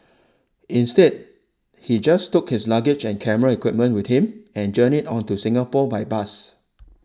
instead he just took his luggage and camera equipment with him and journeyed on to Singapore by bus